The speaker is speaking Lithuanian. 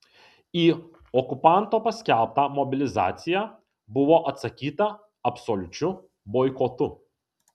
į okupanto paskelbtą mobilizaciją buvo atsakyta absoliučiu boikotu